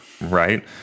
Right